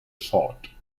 short